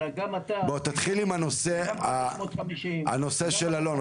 בוא תתחיל עם הנושא של אלון,